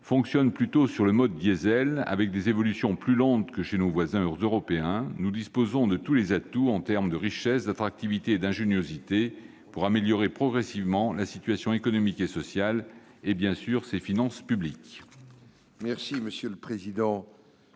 fonctionne plutôt sur le mode diesel, avec des évolutions plus lentes que chez nos voisins européens, nous disposons de tous les atouts en termes de richesse, d'attractivité et d'ingéniosité pour améliorer progressivement la situation économique et sociale, ainsi, bien entendu, que nos finances publiques.